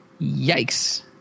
Yikes